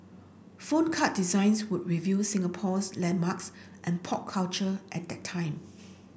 phone card designs would reveal Singapore's landmarks and pop culture at that time